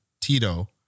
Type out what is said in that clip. Tito